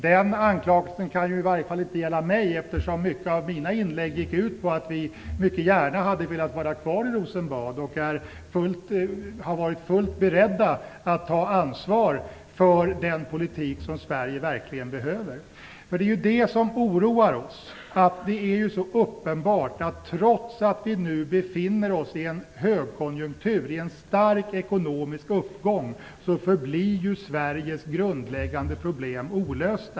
Den anklagelsen kan i varje fall inte gälla mig, eftersom en stor del av mina inlägg gick ut på att vi mycket gärna hade velat vara kvar i Rosenbad. Vi har varit beredda att ta ansvar för den politik som Sverige verkligen behöver. Det oroar oss att det är så uppenbart att Sveriges grundläggande problem förblir olösta trots att vi nu befinner oss i en högkonjunktur, i en stark ekonomisk uppgång.